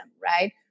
right